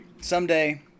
someday